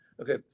Okay